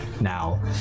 now